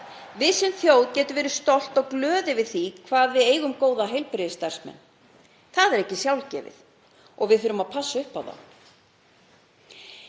Við sem þjóð getum verið stolt og glöð yfir því hvað við eigum góða heilbrigðisstarfsmenn. Það er ekki sjálfgefið og við þurfum að passa upp á þá.